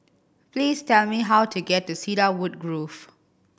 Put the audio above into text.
please tell me how to get to Cedarwood Grove